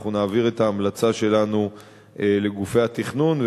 אנחנו נעביר את ההמלצה שלנו לגופי התכנון,